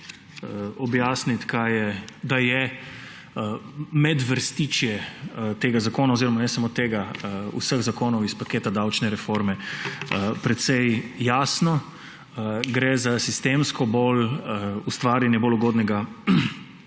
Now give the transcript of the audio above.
objasniti, kaj je, da je medvrstičje tega zakona oziroma od vseh zakonov iz paketa davčne reforme precej jasno. Gre za sistemsko ustvarjanje bolj ugodnega